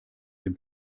dem